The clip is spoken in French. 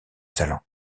talents